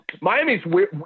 Miami's